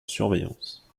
surveillance